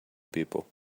people